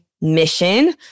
mission